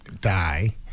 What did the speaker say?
die